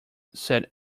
said